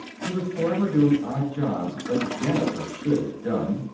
he was forever doing odd jobs that the janitor should have done.